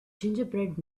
gingerbread